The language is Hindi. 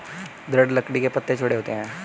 दृढ़ लकड़ी के पत्ते चौड़े होते हैं